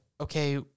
okay